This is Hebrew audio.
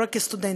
לא רק כסטודנטים,